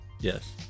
Yes